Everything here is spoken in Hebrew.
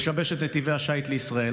לשבש את נתיבי השיט לישראל.